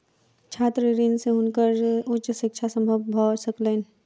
छात्र ऋण से हुनकर उच्च शिक्षा संभव भ सकलैन